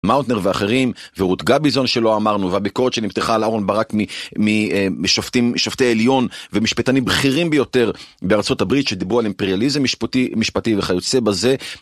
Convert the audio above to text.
מאוטנר ואחרים ורות גביזון שלא אמרנו, והבקורת שנמתחה על אהרן ברק משופטי עליון ומשפטנים בכירים ביותר בארצות הברית שדיברו על אימפריאליזם משפטי וכיוצה בזה.